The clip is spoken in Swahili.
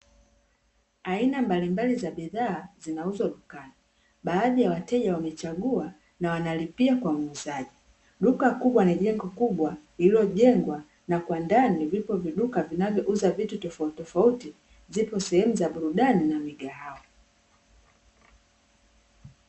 Aina mbalimbali za bidhaa zinauzwa dukani baadhi ya wateja wamechagua na wanalipia kwa muuzaji, duka kubwa na jengo kubwa lililojengwa na kwa ndani vipo viduka vinavyouza vitu tofauti tofauti zipo sehemu za burudani na migahawa.